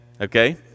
okay